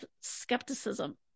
skepticism